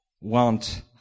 want